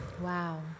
Wow